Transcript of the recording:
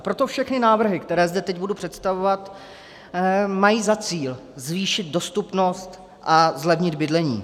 Proto všechny návrhy, které zde teď budu představovat, mají za cíl zvýšit dostupnost a zlevnit bydlení.